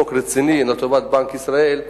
חוק רציני לטובת בנק ישראל,